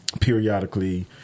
periodically